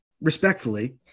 respectfully